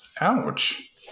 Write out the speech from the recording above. Ouch